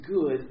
good